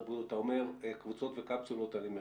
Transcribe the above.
קבוצות וקפסולות, אני מבין,